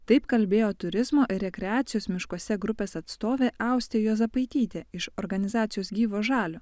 taip kalbėjo turizmo ir rekreacijos miškuose grupės atstovė austė juozapaitytė iš organizacijos gyvo žalio